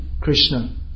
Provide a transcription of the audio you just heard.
Krishna